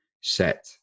set